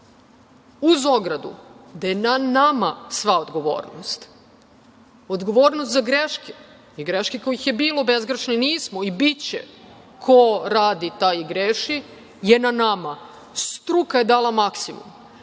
uz ogradu da je na nama sva odgovornost. Odgovornost za greške, greške kojih je bilo, bezgrešni nismo, i biće, ko radi taj i greši, je na nama. Struka je dala maksimum.